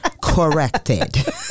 corrected